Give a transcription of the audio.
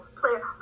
player